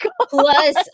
plus